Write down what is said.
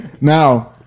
Now